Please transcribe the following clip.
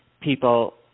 people